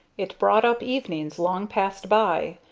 it brought up evenings long passed by,